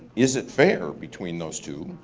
is it fair between those two?